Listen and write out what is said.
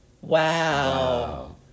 Wow